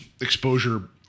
exposure